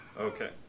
Okay